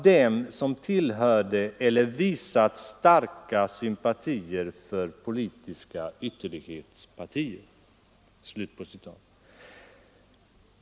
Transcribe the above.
dem som tillhörde eller visat starka sympatier för politiska ytterlighetspartier”.